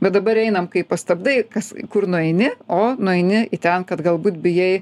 bet dabar einam kai pastabdai kas kur nueini o nueini į ten kad galbūt bijai